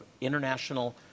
international